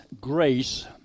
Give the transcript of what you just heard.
grace